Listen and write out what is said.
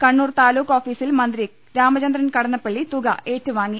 കണ്ണൂർ താലൂക്ക് ഓഫീസിൽ മന്ത്രി രാമചന്ദ്രൻ കട ന്നപ്പള്ളി തുക ഏറ്റുവാങ്ങി